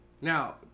Now